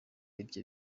ibyo